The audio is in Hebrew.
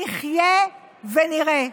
נחיה ונראה.